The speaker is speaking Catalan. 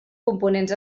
components